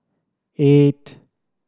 eight